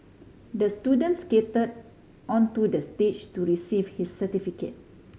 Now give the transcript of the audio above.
the student skate onto the stage to receive his certificate